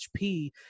hp